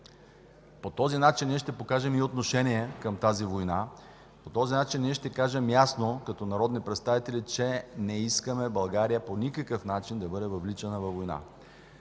По този начин ще покажем и отношение към тази война, ще кажем ясно като народни представители, че не искаме България по никакъв начин да бъде въвличана във война.